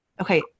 okay